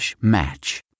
match